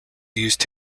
used